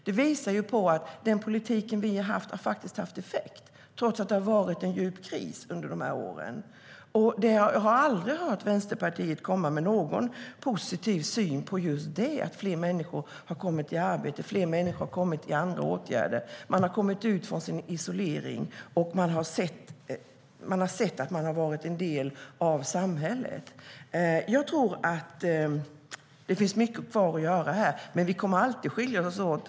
Det visar ju att den politik vi har haft faktiskt har haft effekt trots att det har varit en djup kris under de här åren. Jag tror att det finns mycket kvar att göra här, men Vänsterpartiet och Moderaterna kommer alltid att skilja sig åt.